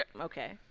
Okay